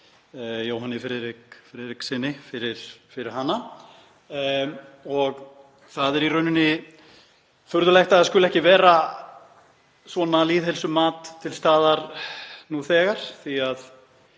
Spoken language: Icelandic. Jóhanni Friðrik Friðrikssyni, fyrir hana. Það er í rauninni furðulegt að það skuli ekki vera svona lýðheilsumat til staðar nú þegar, því að